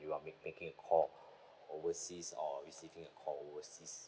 when you are mak~ making a call overseas or receiving a call overseas